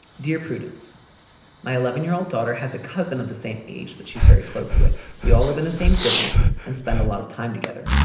dear prudence my eleven year old daughter has a cousin of the same age that she's very close with. we all live in the same city and spend a lot of time together.